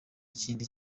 kindi